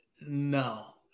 no